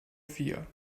vier